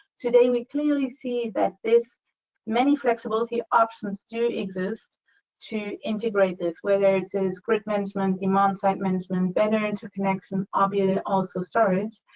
today, we clearly see that this many flexibility options do exist to integrate this whether it is grid management, demand site management, better interconnection obviously, also, storage,